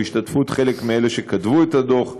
בהשתתפות חלק מאלה שכתבו את הדוח,